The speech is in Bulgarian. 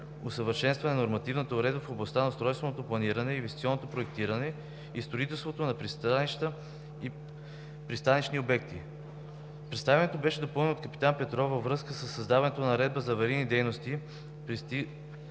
усъвършенстване на нормативната уредба в областта на устройственото планиране, инвестиционното проектиране и строителството на пристанища и пристанищни обекти. Представянето беше допълнено от капитан Петров във връзка със създаването на наредба за аварийни дейности